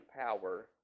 power